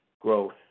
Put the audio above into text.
growth